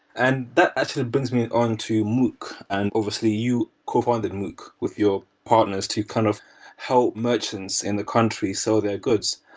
and that actually brings me on to mookh. and obviously, you cofounded mookh with your partners to kind of help merchants in the country sell so their goods.